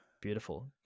Beautiful